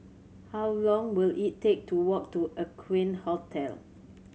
how long will it take to walk to Aqueen Hotel